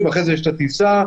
הסגר עושה את העבודה שלו.